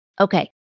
Okay